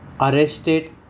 arrested